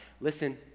Listen